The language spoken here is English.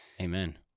Amen